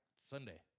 Sunday